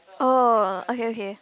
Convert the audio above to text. oh okay okay